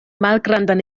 malgrandan